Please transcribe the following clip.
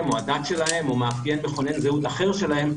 או הדת שלהם או מאפיין מכונן זהות אחר שלהם,